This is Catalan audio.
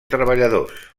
treballadors